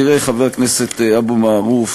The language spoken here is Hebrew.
תראה, חבר הכנסת אבו מערוף,